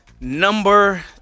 number